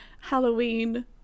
halloween